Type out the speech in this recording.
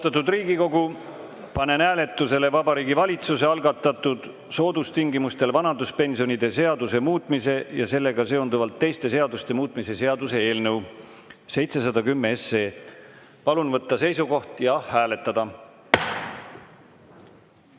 juurde. Austatud Riigikogu, panen hääletusele Vabariigi Valitsuse algatatud soodustingimustel vanaduspensionide seaduse muutmise ja sellega seonduvalt teiste seaduste muutmise seaduse eelnõu 710. Palun võtta seisukoht ja hääletada!